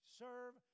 serve